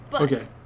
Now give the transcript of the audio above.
Okay